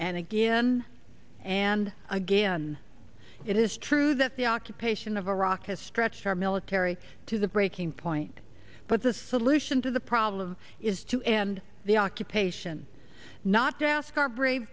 and again and again it is true that the occupation of iraq has stretched our military to the breaking point but the solution to the problem is to end the occupation not to ask our brave